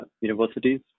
universities